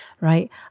right